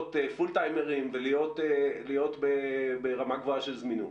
פול-טיימרים ולהיות ברמה גבוהה של זמינות.